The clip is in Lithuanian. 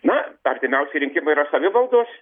na artimiausi rinkimai yra savivaldos